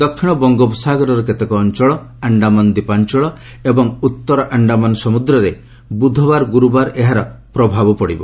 ଦକ୍ଷିଣ ବଙ୍ଗୋପ ସାଗରର କେତେକ ଅଞ୍ଚଳ ଆଶ୍ଡାମାନ ଦ୍ୱୀପାଞ୍ଚଳ ଏବଂ ଉତ୍ତର ଆଶ୍ଡାମାନ ସମୁଦ୍ରରେ ବୁଧବାର ଗୁରୁବାର ଏହାର ପ୍ରଭାବ ପଡ଼ିବ